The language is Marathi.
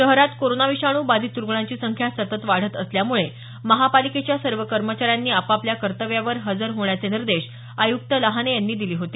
शहरात कोरोनाविषाणू बाधीत रूग्णांची संख्या सतत वाढत असल्यामुळे महापालिकेच्या सर्व कर्मचाऱ्यांनी आपापल्या कर्तव्यावर हजर होण्याचे निर्देश आयुक्त लहाने यांनी दिले होते